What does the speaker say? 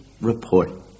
report